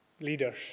leaders